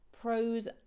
pros